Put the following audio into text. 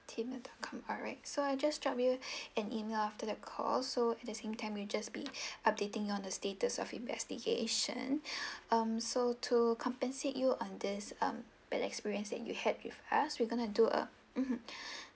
Gmail dot com alright so I just drop you an email after the call so at the same time we just be updating on the status of investigation um so to compensate you on this um bad experience that you had with us we're gonna do a mmhmm